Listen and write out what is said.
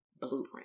Blueprint